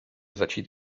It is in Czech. začít